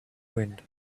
wind